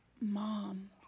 Mom